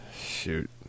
Shoot